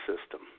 system